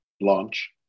launch